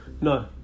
No